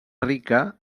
rica